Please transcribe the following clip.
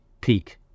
peak